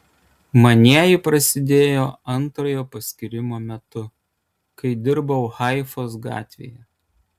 manieji prasidėjo antrojo paskyrimo metu kai dirbau haifos gatvėje